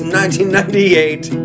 1998